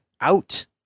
out